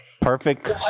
Perfect